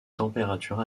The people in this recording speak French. température